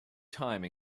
time